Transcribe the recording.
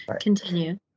Continue